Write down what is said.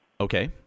Okay